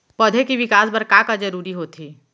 पौधे के विकास बर का का जरूरी होथे?